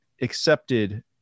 accepted